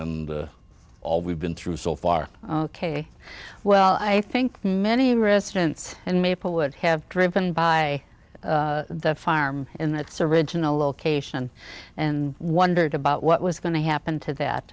and all we've been through so far ok well i think many restraints and maple would have driven by the farm in its original location and wondered about what was going to happen to that